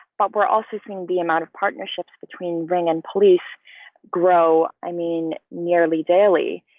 but we're also seeing the amount of partnerships between ring and police grow. i mean, nearly daily.